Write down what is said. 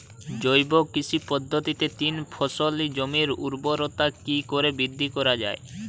জৈব কৃষি পদ্ধতিতে তিন ফসলী জমির ঊর্বরতা কি করে বৃদ্ধি করা য়ায়?